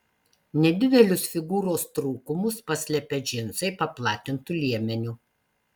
nedidelius figūros trūkumus paslepia džinsai paplatintu liemeniu